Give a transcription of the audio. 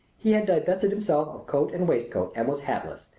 he had divested himself of coat and waistcoat, and was hatless.